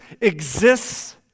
exists